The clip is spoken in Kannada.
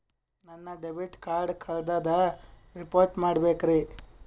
ನನ್ನ ಡೆಬಿಟ್ ಕಾರ್ಡ್ ಕಳ್ದದ ರಿಪೋರ್ಟ್ ಮಾಡಬೇಕ್ರಿ